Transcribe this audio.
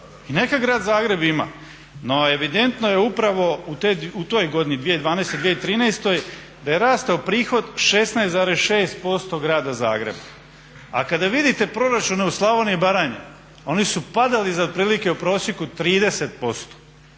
i neka grad Zagreb ima, no evidentno je upravo u toj godini 2012., 2013. da je rastao prihod 16,6% grada Zagreba. A kada vidite proračuna u Slavoniji i Baranji, oni su padali za otprilike u prosjeku 30%.